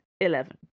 Eleven